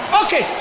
okay